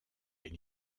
est